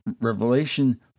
Revelation